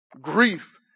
grief